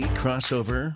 crossover